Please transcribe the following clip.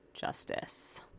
justice